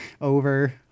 over